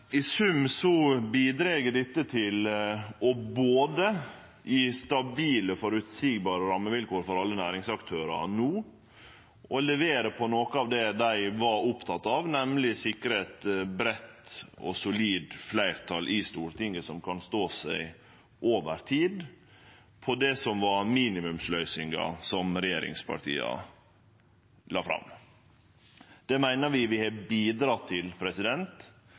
I sum bidreg dette til både å gje stabile og føreseielege rammevilkår for alle næringsaktørar no og å levere på noko av det dei var opptekne av, nemleg å sikre eit breitt og solid fleirtal i Stortinget som kan stå seg over tid, på det som var minimumsløysinga som regjeringspartia la fram. Det meiner vi at vi har bidrege til.